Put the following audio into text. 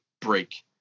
break